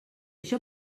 això